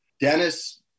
Dennis